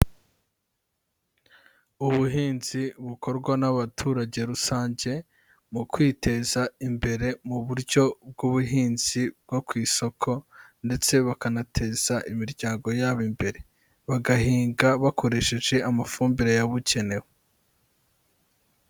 Ubuhinzi bukorwa n'abaturage rusange mu kwiteza imbere mu buryo bw'ubuhinzi bwo ku isoko ndetse bakanateza imiryango yabo imbere, bagahinga bakoresheje amafumbire yabugenewe.